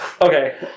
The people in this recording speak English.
Okay